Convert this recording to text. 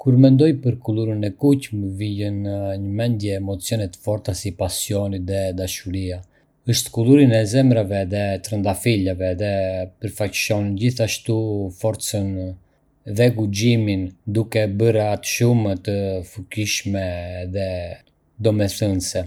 Kur mendoj për kulur e kuqe, më vijnë në mendje emocione të forta si pasioni dhe dashuria. Është kulurin e zemrave dhe trëndafilave, dhe përfaqëson gjithashtu forcën dhe guximin, duke e bërë atë shumë të fuqishme dhe domethënëse.